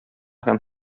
һәм